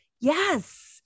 Yes